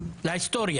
להיסטוריה.